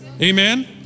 Amen